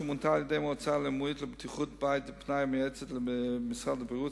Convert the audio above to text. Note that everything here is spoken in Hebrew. שמונתה על-ידי המועצה הלאומית לבטיחות בית ופנאי המייעצת למשרד הבריאות,